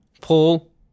Paul